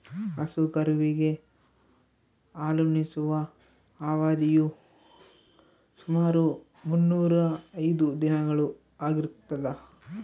ಹಸು ಕರುವಿಗೆ ಹಾಲುಣಿಸುವ ಅವಧಿಯು ಸುಮಾರು ಮುನ್ನೂರಾ ಐದು ದಿನಗಳು ಆಗಿರ್ತದ